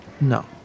No